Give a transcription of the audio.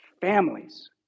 families